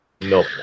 No